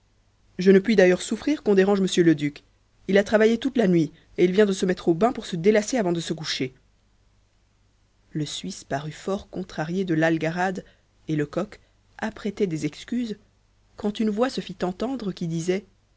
je ne puis d'ailleurs souffrir qu'on dérange m le duc il a travaillé toute la nuit et il vient de se mettre au bain pour se délasser avant de se coucher le suisse parut fort contrarié de l'algarade et lecoq apprêtait des excuses quand une voix se fit entendre qui disait